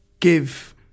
give